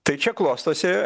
tai čia klostosi